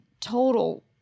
total